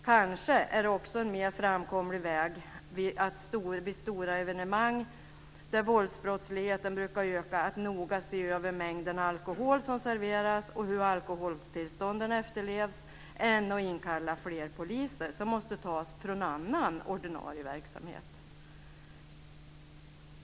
Kanske är det en mer framkomlig väg att vid stora evenemang där våldsbrottsligheten brukar öka noga se över mängden alkohol som serveras och hur serveringstillstånden efterlevs än att inkalla fler poliser, som måste tas från annan ordinarie verksamhet.